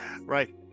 Right